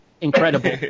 incredible